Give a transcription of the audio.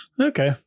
Okay